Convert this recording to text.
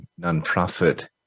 nonprofit